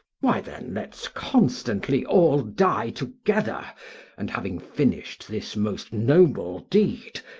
why then let s constantly all die together and having finish'd this most noble deed,